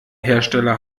hersteller